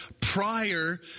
prior